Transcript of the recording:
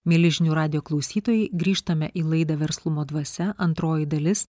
mieli žinių radijo klausytojai grįžtame į laidą verslumo dvasia antroji dalis